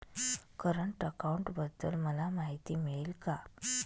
Current अकाउंटबद्दल मला माहिती मिळेल का?